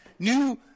new